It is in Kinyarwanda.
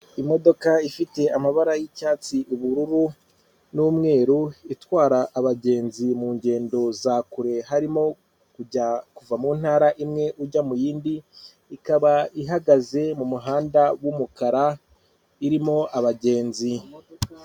Imodoka ifite amabara y'icyatsi, ubururu, n'umweru itwara abagenzi mu ngendo za kure harimo kujya, kuva mu ntara imwe ujya muy'indi, ikaba ihagaze mu muhanda w'umukara irimo abagenzi.